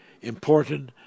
important